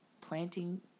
planting